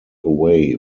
away